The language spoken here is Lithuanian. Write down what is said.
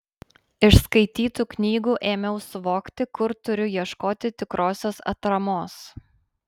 iš skaitytų knygų ėmiau suvokti kur turiu ieškoti tikrosios atramos